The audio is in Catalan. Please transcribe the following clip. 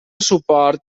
suport